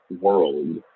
world